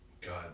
God